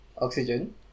Oxygen